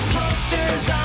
posters